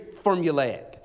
formulaic